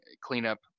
cleanup